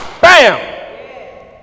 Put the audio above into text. BAM